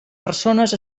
persones